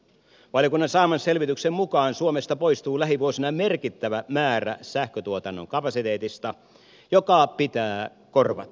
valiokunnan saaman selvityksen mukaan suomesta poistuu lähivuosina merkittävä määrä sähkötuotannon kapasiteetista joka pitää korvata